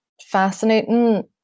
fascinating